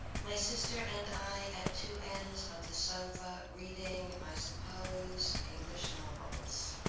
my sister and i at two ends of the sofa reading, i suppose english novels,